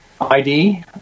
ID